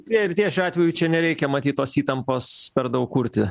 tie ir tie šiuo atveju čia nereikia matyt tos įtampos per daug kurti